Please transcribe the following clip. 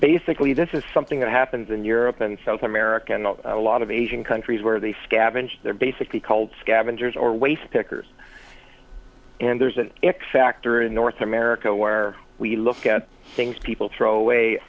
basically this is something that happens in europe and south america and a lot of asian countries where they scavenge they're basically called scavengers or waste pickers and there's an x factor in north america where we look at things people throw away